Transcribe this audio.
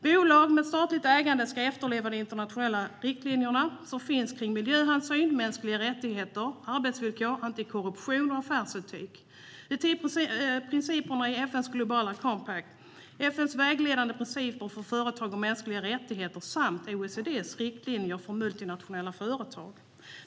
Bolag med statligt ägande ska efterleva de internationella riktlinjerna om miljöhänsyn, mänskliga rättigheter, arbetsvillkor, antikorruption och affärsetik, de tio principerna i FN:s globala compact, FN:s vägledande principer för företag och mänskliga rättigheter samt OECD:s riktlinjer för multinationella företag.